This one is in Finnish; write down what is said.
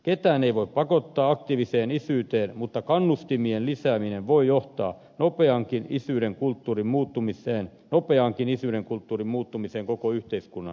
ketään ei voi pakottaa aktiiviseen isyyteen mutta kannustimien lisääminen voi johtaa nopeaankin isyyden kulttuurin muuttumiseen koko yhteiskunnan laajuisesti